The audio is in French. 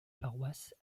paroisse